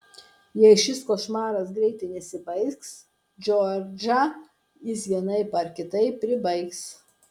jei šis košmaras greitai nesibaigs džordžą jis vienaip ar kitaip pribaigs